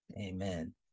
amen